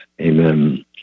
Amen